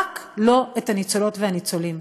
רק לא את הניצולות והניצולים,